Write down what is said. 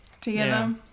together